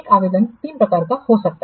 एक आवेदन तीन प्रकार का हो सकता है